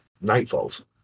Nightfall's